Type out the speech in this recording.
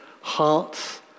hearts